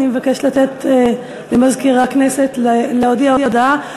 מבקשת לתת למזכיר הכנסת להודיע הודעה.